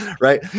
Right